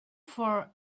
for